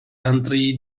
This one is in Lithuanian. antrąjį